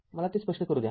मला ते स्पष्ट करू द्या